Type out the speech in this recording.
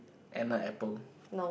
and a apple